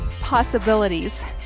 possibilities